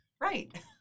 Right